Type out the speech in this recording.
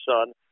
son